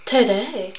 Today